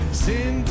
sin